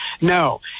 No